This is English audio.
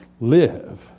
Live